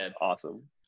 awesome